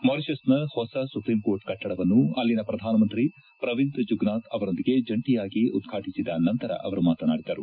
ಮಾರಿಷಸ್ನ ಹೊಸ supreme court ಕಟ್ಟಡವನ್ನು ಅಲ್ಲಿನ ಪ್ರಧಾನಮಂತ್ರಿ ಪ್ರವೀಂದ್ ಜುಗ್ನಾಥ್ ಅವರೊಂದಿಗೆ ಜಂಟಿಯಾಗಿ ಉದ್ವಾಟಿಸಿದ ನಂತರ ಅವರು ಮಾತನಾಡಿದರು